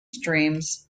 streams